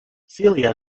celia